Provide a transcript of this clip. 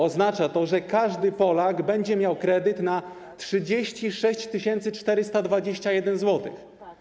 Oznacza to, że każdy Polak będzie miał kredyt na 36 421 zł.